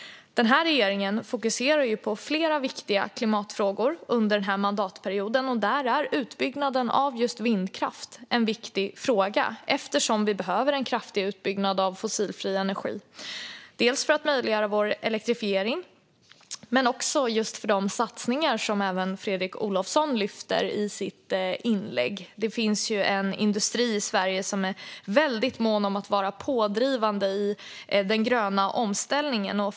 Den här regeringen fokuserar på flera viktiga klimatfrågor under den här mandatperioden. Utbyggnaden av just vindkraft är en viktig klimatfråga eftersom vi behöver en kraftig utbyggnad av fossilfri energi för att möjliggöra dels elektrifieringen och dels de satsningar som Fredrik Olovsson lyfte fram i sitt inlägg. Det finns ju en industri i Sverige som är väldigt mån om att vara pådrivande i den gröna omställningen.